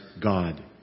God